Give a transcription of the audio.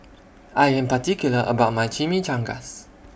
I Am particular about My Chimichangas